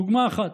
דוגמה אחת: